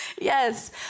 Yes